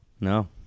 No